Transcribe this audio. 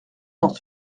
dans